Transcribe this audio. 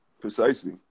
Precisely